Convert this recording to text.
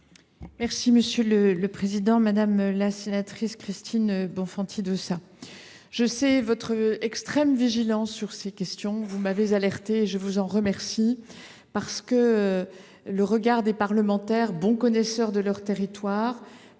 est à Mme la ministre. Madame la sénatrice Christine Bonfanti Dossat, je sais votre extrême vigilance sur ces questions. Vous m’avez alertée à ce sujet, et je vous en remercie parce que le regard des parlementaires, bons connaisseurs de leur territoire,